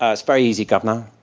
ah it's very easy, governor.